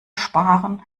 sparen